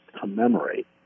commemorate